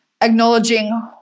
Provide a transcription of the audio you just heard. acknowledging